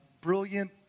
brilliant